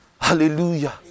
Hallelujah